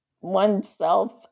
oneself